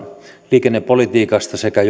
liikennepolitiikasta sekä